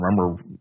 remember